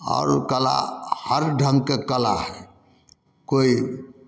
आओर कला हर ढङ्गके कला हइ कोइ